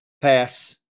Pass